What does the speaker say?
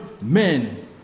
men